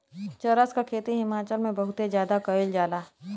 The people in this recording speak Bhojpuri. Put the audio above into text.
चरस क खेती हिमाचल में बहुते जादा कइल जाला